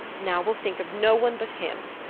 now we'll think of no one but him.